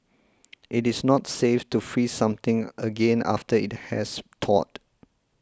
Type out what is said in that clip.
it is not safe to freeze something again after it has thawed